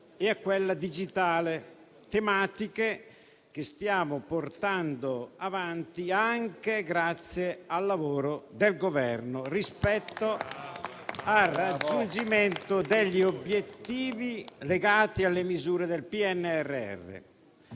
e a quella digitale, tematiche che stiamo portando avanti anche grazie al lavoro del Governo rispetto al raggiungimento degli obiettivi legati alle misure del PNRR.